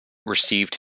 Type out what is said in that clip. received